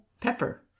Pepper